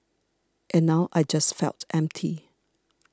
and now I just felt empty